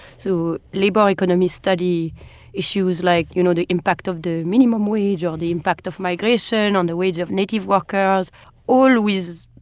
so liberal economists study issues like, you know, the impact of the minimum wage or the impact of migration on the wage of native workers all with,